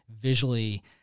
visually